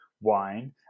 wine